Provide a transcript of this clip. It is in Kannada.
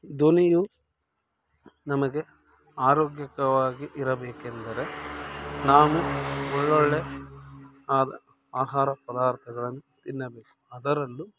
ಧ್ವನಿಯು ನಮಗೆ ಆರೋಗ್ಯಕವಾಗಿ ಇರಬೇಕೆಂದರೆ ನಾವು ಒಳ್ಳೊಳ್ಳೆಯ ಆದ ಆಹಾರ ಪದಾರ್ಥಗಳನ್ನು ತಿನ್ನಬೇಕು ಅದರಲ್ಲೂ